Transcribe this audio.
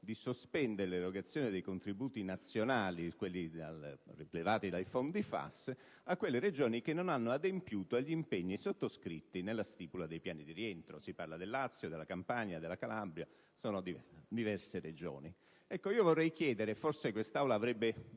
di sospendere l'erogazione dei contributi nazionali prelevati dai fondi FAS a quelle Regioni che non hanno adempiuto agli impegni sottoscritti nella stipula dei piani di rientro. Si parla del Lazio, della Campania, della Calabria e di altre Regioni ancora. Forse quest'Aula avrebbe